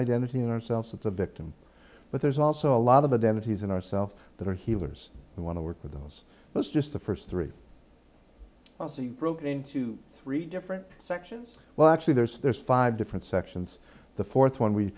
identity in ourselves that's a victim but there's also a lot of the devotees in ourselves that are healers who want to work with us that's just the first three well so you've broken into three different sections well actually there's there's five different sections the fourth one we